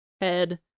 head